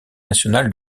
national